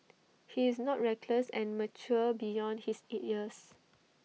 he is not reckless and mature beyond his years